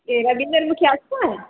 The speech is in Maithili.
के राजेन्दर मुखिआ अच्छा हइ